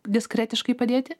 diskretiškai padėti